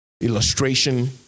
illustration